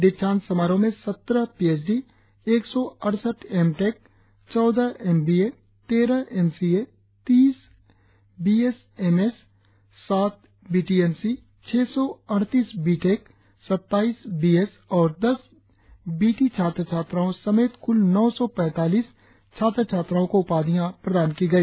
दीक्षांत समारोह में सत्रह पीएचडी एक सौ अड़सठ एमटेक चौदह एमबीए तेरह एमसीए तीस बीएसएमएस सात बीटीएमटी छह सौ अड़तीस बीटेक सत्ताइस बीएस और दस बीटी छात्र छात्राओं समेत कुल नौ सौ पैंतालीस छात्र छात्राओ को उपाधियां प्रदान की गई